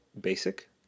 basic